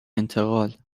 انتقال